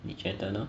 你觉得呢